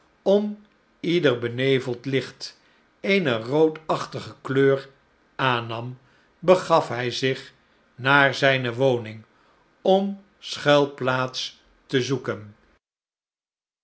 om ieder beneveld licht eene roodachtige kleur aannam begaf hij zich naar zijne woning om schuilplaats te zoeken